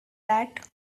that